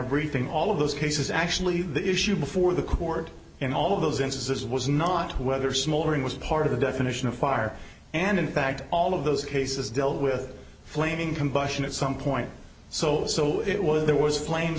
briefing all of those cases actually the issue before the court and all of those instances was not whether smoldering was part of the definition of fire and in fact all of those cases dealt with flaming combustion at some point so so it was there was